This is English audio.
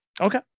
Okay